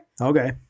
Okay